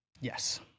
Yes